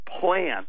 plan